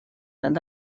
难道